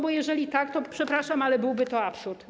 Bo jeżeli tak, to przepraszam, ale byłby to absurd.